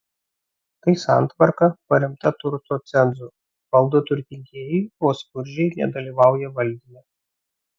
tai santvarka paremta turto cenzu valdo turtingieji o skurdžiai nedalyvauja valdyme